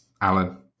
Alan